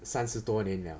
三十多年 liao